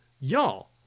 y'all